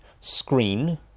screen